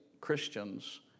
Christians